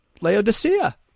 Laodicea